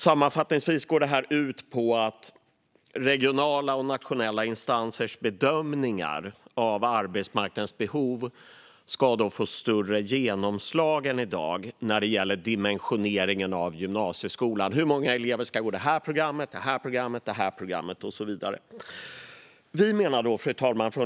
Sammanfattningsvis går det ut på att regionala och nationella instansers bedömningar av arbetsmarknadens behov ska få större genomslag än i dag när det gäller dimensioneringen av gymnasieskolan. Det handlar om hur många elever som ska gå på varje program. Fru talman!